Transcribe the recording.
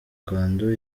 ngando